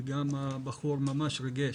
ומי שדיבר לפניי ממש ריגש.